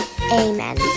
Amen